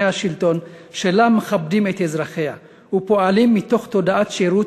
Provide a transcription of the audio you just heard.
השלטון שלה מכבדים את אזרחיה ופועלים מתוך תודעת שירות,